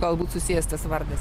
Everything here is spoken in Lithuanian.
galbūt susijęs tas vardas